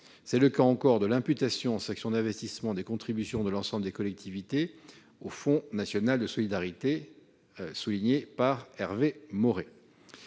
C'est le cas encore de l'imputation en section d'investissement des contributions de l'ensemble des collectivités au fonds national de solidarité, soulignée par Hervé Maurey.